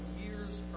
year's